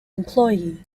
employee